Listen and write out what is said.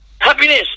happiness